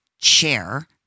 chair